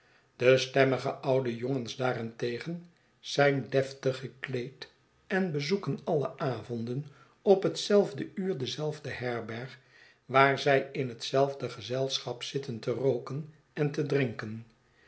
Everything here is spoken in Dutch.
de stemmige oude jongens daarentegen zijn deftig gekleed en bezoeken alle avonden op hetzelfde uur dezelfde herberg waar zij in hetzelfde gezelschap zitten te rooken en te drinken